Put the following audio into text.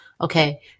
Okay